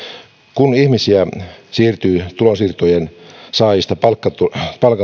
kun ihmisiä siirtyy tulonsiirtojen saajista palkkatöihin